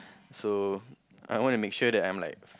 so I want to make sure that I'm like